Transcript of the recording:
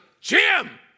Jim